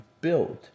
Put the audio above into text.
build